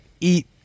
eat